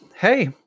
Hey